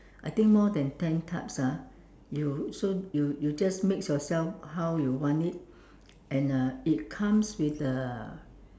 I think more than ten types ah you so you just mix yourself how you want it and uh it comes with uh